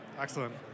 Excellent